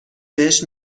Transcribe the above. بهش